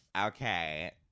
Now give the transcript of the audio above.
Okay